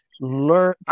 learn